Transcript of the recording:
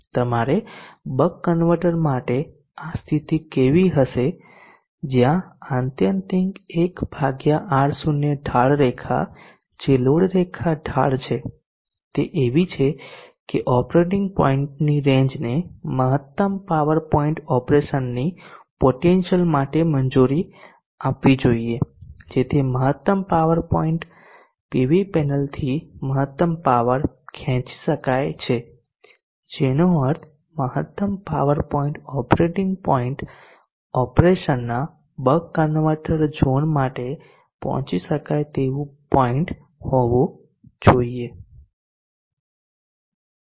તમારે buck converter માટે આ સ્થિતિ કેવી હશે જ્યાં આત્યંતિક 1 R0 ઢાળ રેખા જે લોડ રેખા ઢાળ છે તે એવી છે કે ઓપરેટિંગ પોઇન્ટની રેંજને મહત્તમ પાવર પોઇન્ટ ઓપરેશનની પોટેન્શિયલ માટે મંજૂરી આપવી જોઈએ જેથી મહત્તમ પાવર પોઇન્ટ પીવી પેનલથી મહત્તમ પાવર ખેંચી શકાય છે જેનો અર્થ પાવર પોઇન્ટ ઓપરેટિંગ પોઇન્ટ ઓપરેશનના બક કન્વર્ટર ઝોન માટે પહોંચી શકાય તેવું પોઈન્ટ હોવું જોઈએ